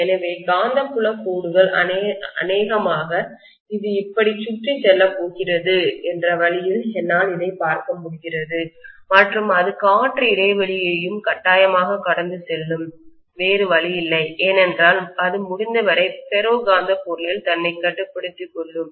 எனவே காந்தப்புல கோடுகள் அநேகமாக இது இப்படிச்சுற்றி செல்லப் போகிறது என்ற வழியில் என்னால் இதை பார்க்க முடிகிறது மற்றும் அது காற்று இடைவெளியையும் கட்டாயமாக கடந்து செல்லும் வேறு வழியில்லை ஏனென்றால் அது முடிந்தவரை ஃபெரோ காந்த பொருளில் தன்னைக் கட்டுப்படுத்திக் கொள்ளும்